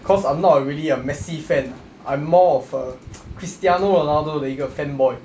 cause I'm not a really a messi fan I'm more of a cristiano ronaldo 的一个 fanboy